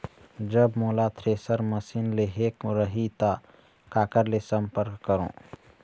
जब मोला thresher machine लेहेक रही ता काकर ले संपर्क करों?